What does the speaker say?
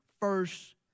first